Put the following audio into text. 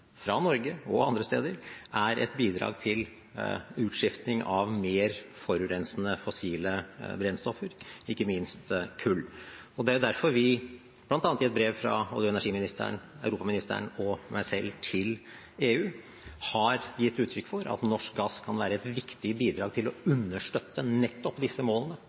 fra Norge og andre steder er et bidrag til utskiftning av mer forurensende fossile brennstoffer, ikke minst kull. Det er derfor vi bl.a. i et brev fra olje- og energiministeren, europaministeren og meg selv til EU har gitt uttrykk for at norsk gass kan være et viktig bidrag til å understøtte nettopp disse målene.